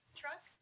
truck